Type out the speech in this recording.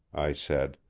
i said.